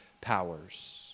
powers